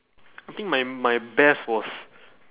I think my my best was